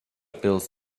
bills